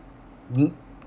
need